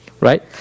right